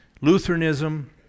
Lutheranism